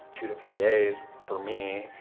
two to three days for me.